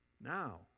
Now